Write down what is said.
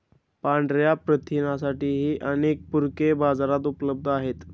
पांढया प्रथिनांसाठीही अनेक पूरके बाजारात उपलब्ध आहेत